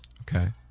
Okay